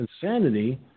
insanity